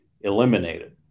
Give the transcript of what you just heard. eliminated